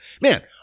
Man